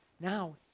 now